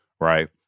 right